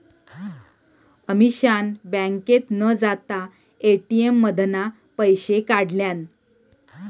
अमीषान बँकेत न जाता ए.टी.एम मधना पैशे काढल्यान